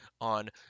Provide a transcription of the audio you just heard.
on